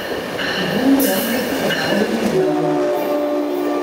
į vilnių renkasi pasauliniai džiazo meistrai